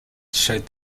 showed